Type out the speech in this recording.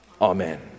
Amen